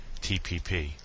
TPP